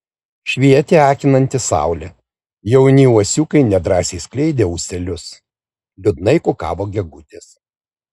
švietė akinanti saulė jauni uosiukai nedrąsiai skleidė ūselius liūdnai kukavo gegutės